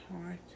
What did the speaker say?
heart